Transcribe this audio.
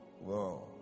whoa